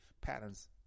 patterns